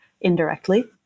indirectly